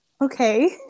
Okay